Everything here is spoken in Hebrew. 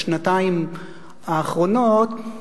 בשנתיים האחרונות,